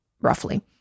roughly